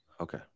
Okay